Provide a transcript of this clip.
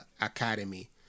academy